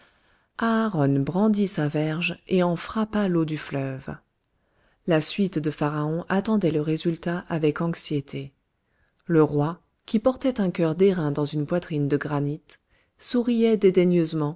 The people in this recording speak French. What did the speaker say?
brandit sa verge et en frappa l'eau du fleuve la suite de pharaon attendait le résultat avec anxiété le roi qui portait un cœur d'airain dans une poitrine de granit souriait